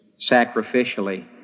sacrificially